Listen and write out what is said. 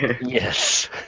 Yes